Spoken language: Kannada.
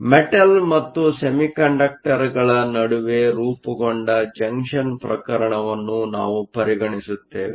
ಆದ್ದರಿಂದ ಮೆಟಲ್Metal ಮತ್ತು ಸೆಮಿಕಂಡಕ್ಟರ್ಗಳ ನಡುವೆ ರೂಪುಗೊಂಡ ಜಂಕ್ಷನ್ ಪ್ರಕರಣವನ್ನು ನಾವು ಪರಿಗಣಿಸುತ್ತೇವೆ